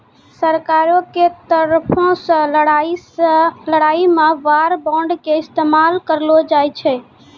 सरकारो के तरफो से लड़ाई मे वार बांड के इस्तेमाल करलो जाय छै